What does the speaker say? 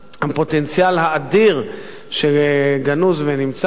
הפוטנציאל האדיר שגנוז בו,